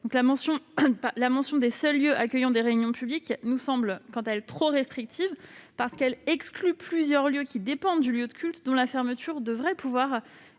La mention des seuls « lieux accueillant des réunions publiques » nous paraît quant à elle trop restrictive, parce qu'elle exclut plusieurs lieux dépendant du lieu de culte dont la fermeture devrait pouvoir